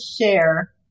share